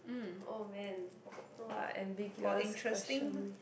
oh man !wah! ambiguous question